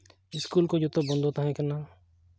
school ᱠᱚ ᱡᱚᱛᱚ ᱵᱚᱱᱫᱚ ᱛᱟᱦᱮᱸᱠᱟᱱᱟ